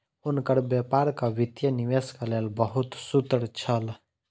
हुनकर व्यापारक वित्तीय निवेशक लेल बहुत सूत्र छल